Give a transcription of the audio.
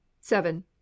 seven